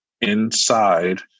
inside